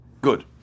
Good